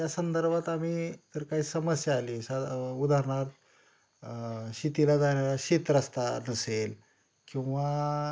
त्या संदर्भात आम्ही जर काही समस्या आली सा उदाहरणार्थ शेतीला जाणारा शेतरस्ता नसेल किंवा